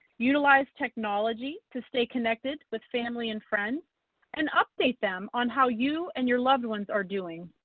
utilize technology to stay connected with family and friends and update them on how you and your loved ones are doing.